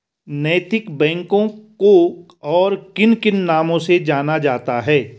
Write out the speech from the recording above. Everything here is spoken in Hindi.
नैतिक बैंकों को और किन किन नामों से जाना जाता है?